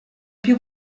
più